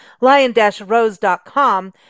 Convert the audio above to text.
lion-rose.com